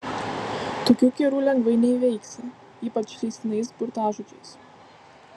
tokių kerų lengvai neįveiksi ypač leistinais burtažodžiais